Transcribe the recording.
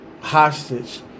hostage